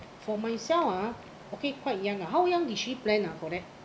for myself ah okay quite young ah how young does she plan ah for that